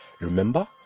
remember